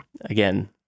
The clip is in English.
Again